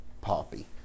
Poppy